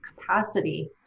capacity